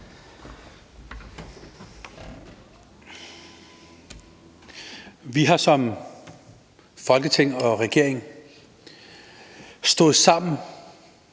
Vi har som Folketing og som regering stået sammen,